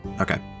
Okay